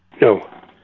No